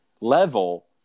level